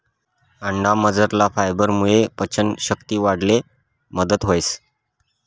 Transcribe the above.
अंडामझरला फायबरमुये पचन शक्ती वाढाले मदत व्हस